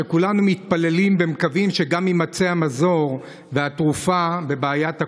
וכולנו מתפללים ומקווים שיימצא המזור והתרופה לבעיית הקורונה.